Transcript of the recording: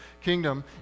kingdom